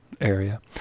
area